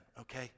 okay